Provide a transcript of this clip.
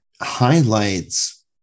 highlights